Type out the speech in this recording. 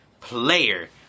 player